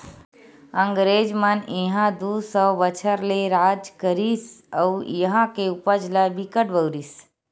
अंगरेज मन इहां दू सौ बछर ले राज करिस अउ इहां के उपज ल बिकट बउरिस